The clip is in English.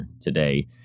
today